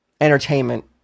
entertainment